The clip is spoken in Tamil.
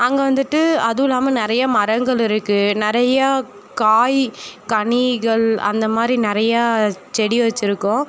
அங்கே வந்துட்டு அதுவும் இல்லாமல் நிறையா மரங்கள் இருக்குது நிறையா காய் கனிகள் அந்த மாதிரி நிறையா செடி வச்சிருக்கோம்